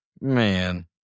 Man